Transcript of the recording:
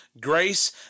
grace